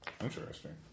Interesting